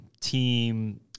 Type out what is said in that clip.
team